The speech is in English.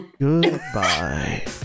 Goodbye